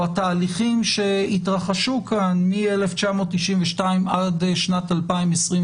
התהליכים שהתרחשו כאן מ-1992 עד שנת 2021,